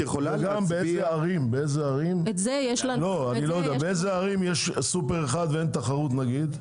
וגם באיזה ערים יש סופר אחד ואין תחרות נגיד.